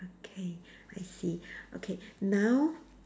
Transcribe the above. okay I see okay now